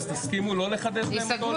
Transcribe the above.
אז תסכימו לא לחדש להם אותו?